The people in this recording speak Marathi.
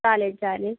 चालेल चालेल